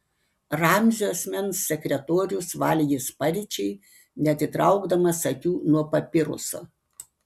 ramzio asmens sekretorius valgė sparčiai neatitraukdamas akių nuo papiruso